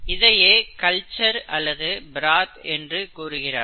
இதையே கல்ச்சர் அல்லது பிராத் என்று கூறுகிறார்கள்